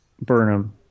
Burnham